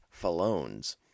Falones